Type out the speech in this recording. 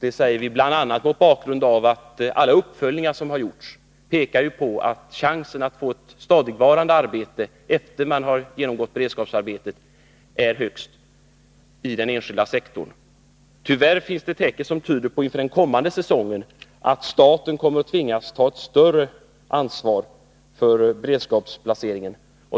Det säger vi bl.a. mot bakgrund av att alla uppföljningar som har gjorts pekar på att chansen att få ett stadigvarande arbete efter det att man har genomgått ett beredskapsarbete är störst i den enskilda sektorn. Tyvärr finns det tecken inför den kommande säsongen som tyder på att staten kommer att tvingas ta ett större ansvar för beredskapsplaceringen.